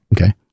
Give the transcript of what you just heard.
Okay